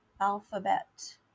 alphabet